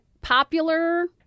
popular